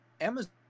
Amazon